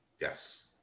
Yes